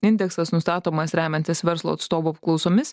indeksas nustatomas remiantis verslo atstovų apklausomis